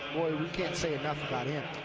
boy, you can't say enough about him.